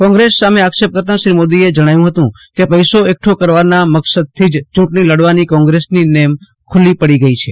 કોંગ્રેસ સામે આક્ષેપ કરતા શ્રી મોદીએ જણાવ્યું હતું કે પૈસો એકઠો કરવાના મક્સદથી જ ચૂંટણી લડવાની કોંગ્રેસની નેમ ખુલ્લી પડી ગઈ છે